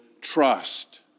trust